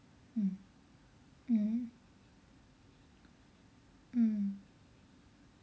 mm hmm mm